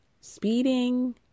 Speeding